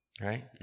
Right